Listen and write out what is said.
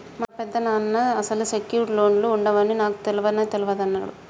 మా పెదనాన్న అసలు సెక్యూర్డ్ లోన్లు ఉండవని నాకు తెలవని తెలవదు అన్నడు